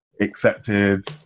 accepted